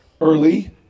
early